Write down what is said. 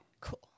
cool